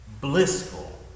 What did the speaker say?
blissful